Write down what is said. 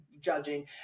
judging